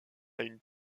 une